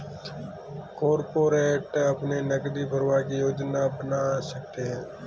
corporate अपने नकदी प्रवाह की योजना बना सकते हैं